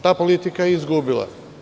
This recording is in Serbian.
Ta politika je izgubila.